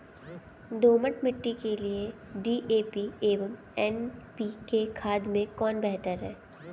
दोमट मिट्टी के लिए डी.ए.पी एवं एन.पी.के खाद में कौन बेहतर है?